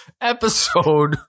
episode